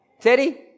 Teddy